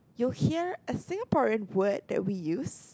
you'll hear a Singaporean word that we use